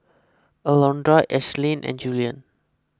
Alondra Ashlyn and Juliann